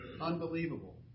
Unbelievable